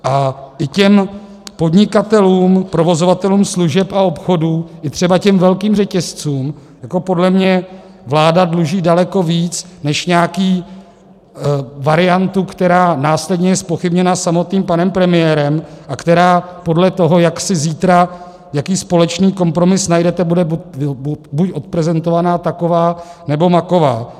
A i těm podnikatelům, provozovatelům služeb a obchodů, i třeba těm velkým řetězcům podle mě vláda dluží daleko víc než nějakou variantu, která následně je zpochybněna samotným panem premiérem a která podle toho, jak zítra, jaký společný kompromis najdete, bude buď odprezentovaná taková, nebo maková.